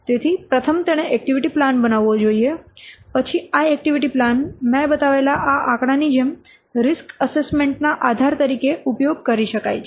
તેથી પ્રથમ તેણે એક્ટિવિટી પ્લાન બનાવવો જોઈએ પછી આ એક્ટિવિટી પ્લાન મેં બતાવેલા આ આંકડાની જેમ રીસ્ક એસેસમેન્ટ ના આધાર તરીકે ઉપયોગ કરી શકાય છે